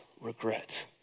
regret